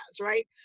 right